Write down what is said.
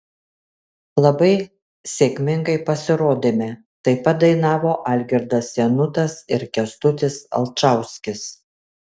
labai sėkmingai pasirodėme taip pat dainavo algirdas janutas ir kęstutis alčauskis